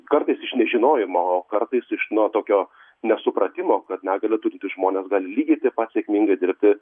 kartais iš nežinojimo o kartais iš nuo tokio nesupratimo kad negalią turintys žmonės gali lygiai taip pat sėkmingai dirbti